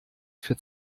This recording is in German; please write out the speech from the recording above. für